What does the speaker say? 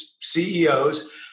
CEOs